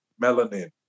Melanin